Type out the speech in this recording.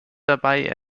dabei